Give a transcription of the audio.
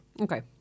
okay